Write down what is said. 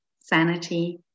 sanity